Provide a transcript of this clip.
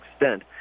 extent